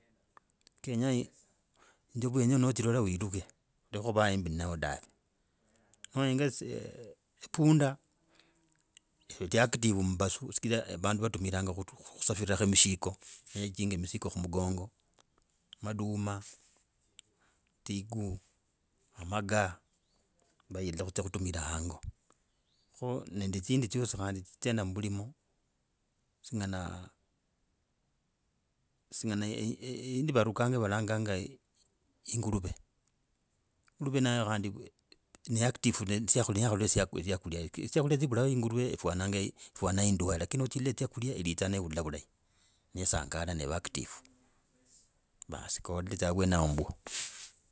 Kenya enzuka noohirora widuke, ode kuva aembi nayo dave, no oenga epunda. Iti active mumbasu chigiraa vandu vatumiranga kusafira mishiko, ne ijinga misiko ku mugongo, maduma, tsiku amagaa vahila kudzia kutumilaha hango kho nende tsindi dzyosi khandi tsichenda mubulimo singana. Singana yindi varukanga valanganga inguruve, inguruve nayo handi ni active ne syakula eki, syakula nisibulaho inguruve yifwana yindwale lakini nichiele syakula ilidzaa neula vulahi nesangala ni heva active. Baas koole dza avwenavwo mbwo.